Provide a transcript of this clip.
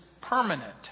permanent